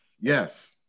yes